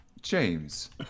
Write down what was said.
James